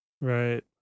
right